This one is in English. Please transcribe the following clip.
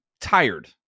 tired